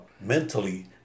mentally